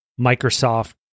Microsoft